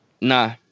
Nah